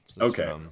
Okay